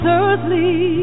earthly